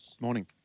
Morning